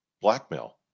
blackmail